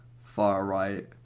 far-right